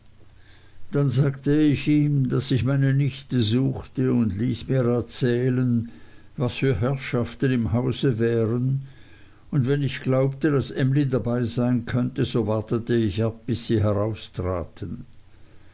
dann sagte ich ihm daß ich meine nichte suchte und ließ mir erzählen was für herrschaften im hause wären und wenn ich glaubte daß emly dabei sein könnte so wartete ich ab bis sie heraustraten